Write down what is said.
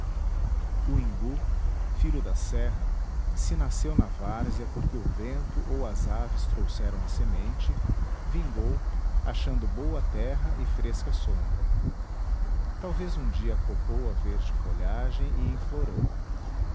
o imbu filho da serra se nasceu na várzea porque o vento ou as aves trouxeram a semente vingou achando boa terra e fresca sombra talvez um dia copou a verde folhagem e